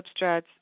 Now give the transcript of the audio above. substrates